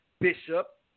bishop